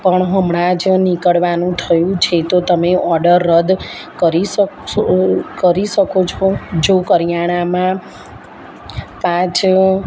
પણ હમણાં જ નીકળવાનું થયું છે તો તમે ઓડર રદ કરી શકશો કરી શકો છો જો કરીયાણામાં પાંચ